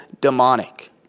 demonic